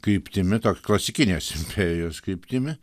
kryptimi toks klasikinės imperijos kryptimi